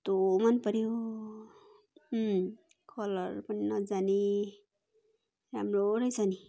कस्तो मन पऱ्यो कलर पनि नजाने राम्रो रहेछ नि